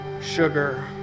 sugar